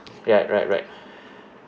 right right right